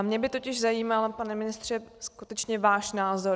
Mě by totiž zajímal, pane ministře, skutečně váš názor.